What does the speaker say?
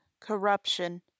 Corruption